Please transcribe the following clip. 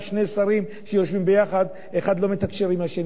שרים שיושבים ביחד והאחד לא מתקשר עם השני.